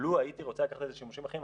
לו הייתי רוצה לקחת את זה לשימושים אחרים,